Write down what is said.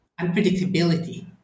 unpredictability